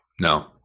no